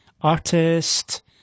artist